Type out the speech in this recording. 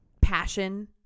passion